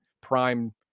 prime